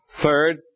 Third